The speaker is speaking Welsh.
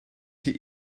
chi